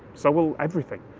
so will everything.